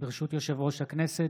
ברשות יושב-ראש הכנסת,